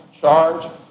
charge